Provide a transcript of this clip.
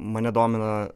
mane domina